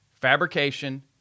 fabrication